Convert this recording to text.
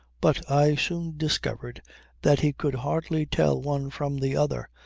but i soon discovered that he could hardly tell one from the other,